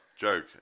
joke